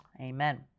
Amen